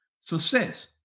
Success